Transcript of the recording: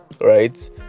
right